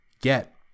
get